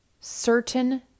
certain